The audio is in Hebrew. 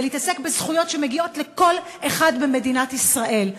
ולהתעסק בזכויות שמגיעות לכל אחד במדינת ישראל?